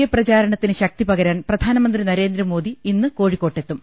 A പ്രചാരണത്തിന് ശക്തിപകരാൻ പ്രധാനമന്ത്രി നരേന്ദ്രമോദി ഇന്ന് കോഴിക്കോട്ടെത്തും